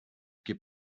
keep